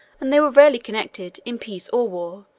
and they were rarely connected, in peace or war,